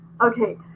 Okay